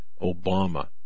Obama